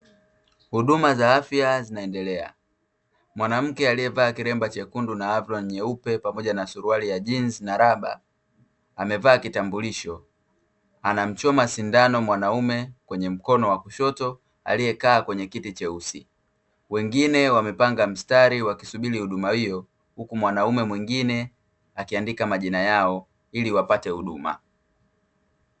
Huduma za afya zinaendelea. mwanamke aliyevaa kilemba chekundu na vlana nyeupe pamoja na suruali ya jeans na raba amevaa kitambulisho anamchoma sindano mwanaume kwenye mkono wa kushoto aliyekaa kwenye kiti cheusi. wengine wamepanga mstari wakisubiri huduma hiyo huku mwanaume mwingine akiandika majina yao ili wapate huduma.